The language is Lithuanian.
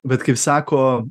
bet kaip sako